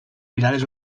filades